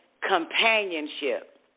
companionship